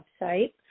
website